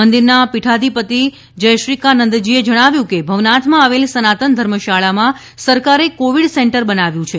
મંદિરના પીઠાધિપતિ જયશ્રીકા નંદજીએ જણાવ્યું છે કે ભવનાથમાં આવેલ સનાતન ધર્મશાળામાં સરકારે કોવિડ સેન્ટર બનાવ્યું છે